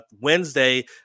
Wednesday